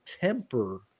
temper